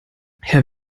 herr